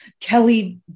Kelly